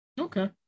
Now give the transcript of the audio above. Okay